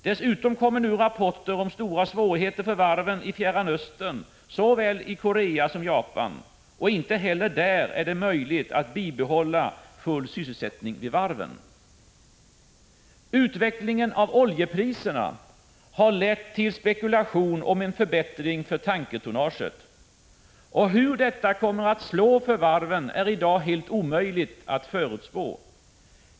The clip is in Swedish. Det kommer också in rapporter om stora svårigheter för varven i Fjärran Östern — det gäller såväl Korea som Japan. Inte heller där är det möjligt att bibehålla full sysselsättning vid varven. Utvecklingen av oljepriserna har lett till spekulation om en förbättring för tankertonnaget. Hur den utvecklingen kommer att slå för varven är i dag helt omöjligt att förutspå.